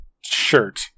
shirt